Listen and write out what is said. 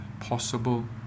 possible